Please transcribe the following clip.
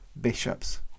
bishops